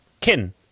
Kin